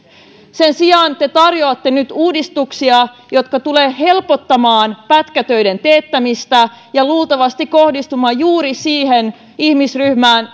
sen sijaan te tarjoatte nyt uudistuksia jotka tulevat helpottamaan pätkätöiden teettämistä ja luultavasti kohdistumaan juuri siihen ihmisryhmään